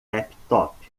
laptop